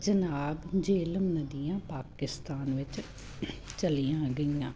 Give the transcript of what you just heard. ਝਨਾਬ ਜੇਹਲਮ ਨਦੀਆਂ ਪਾਕਿਸਤਾਨ ਵਿੱਚ ਚਲੀਆਂ ਗਈਆਂ